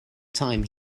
time